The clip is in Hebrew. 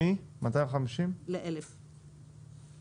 מ-250 שקלים ל-1,000 שקלים.